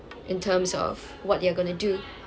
in terms of what you gonna do